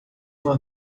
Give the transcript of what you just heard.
uma